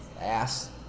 ass